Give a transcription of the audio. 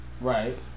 Right